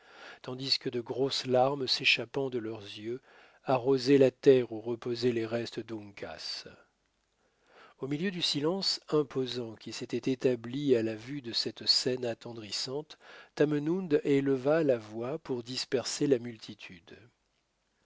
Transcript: tandis que de grosses larmes s'échappant de leurs yeux arrosaient la terre où reposaient les restes d'uncas au milieu du silence imposant qui s'était établi à la vue de cette scène attendrissante tamenund éleva la voix pour disperser la multitude